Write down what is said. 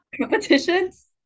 Competitions